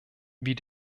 wie